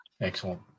Excellent